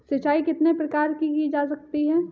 सिंचाई कितने प्रकार से की जा सकती है?